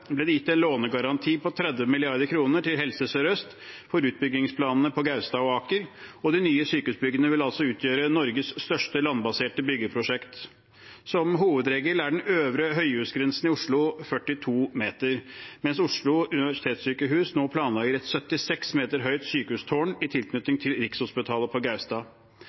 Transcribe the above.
ble det gitt en lånegaranti på 30 mrd. kr til Helse Sør-Øst for utbyggingsplanene på Gaustad og Aker. De nye sykehusbyggene vil altså utgjøre Norges største landbaserte byggeprosjekt. Som hovedregel er den øvre høyhusgrensen i Oslo 42 meter, mens Oslo universitetssykehus nå planlegger et 76 meter høyt sykehustårn i tilknytning til Rikshospitalet på Gaustad.